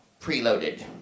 preloaded